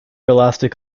elastic